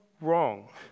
wrong